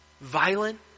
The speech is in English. violent